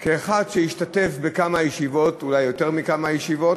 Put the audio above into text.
כאחד שהשתתף בכמה ישיבות, אולי יותר מכמה ישיבות,